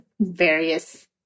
various